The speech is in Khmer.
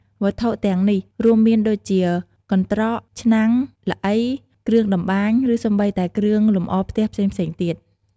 វត្ថុទាំងនេះរួមមានដូចជា កន្ត្រក ឆ្នាំង ល្អី គ្រឿងតម្បាញ ឬសូម្បីតែ គ្រឿងលម្អផ្ទះ ផ្សេងៗទៀត។